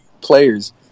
players